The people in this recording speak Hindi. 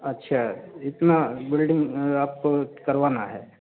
अच्छा इतना वेल्डिंग आपको करवाना है